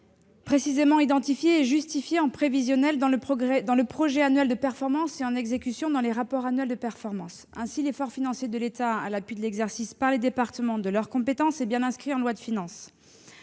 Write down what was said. précisément identifié et justifié en prévisionnel dans le projet annuel de performance et en exécution dans le rapport annuel de performance. Ainsi, l'effort financier de l'État à l'appui de l'exercice par les départements de leurs compétences est bien inscrit en loi de finances.